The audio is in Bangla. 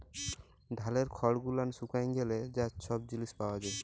ধালের খড় গুলান শুকায় গ্যালে যা ছব জিলিস পাওয়া যায়